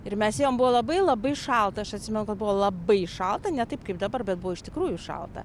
ir mes ėjom buvo labai labai šalta aš atsimenu kad buvo labai šalta ne taip kaip dabar bet buvo iš tikrųjų šalta